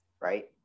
right